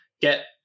get